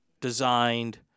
designed